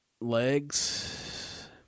Legs